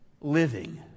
living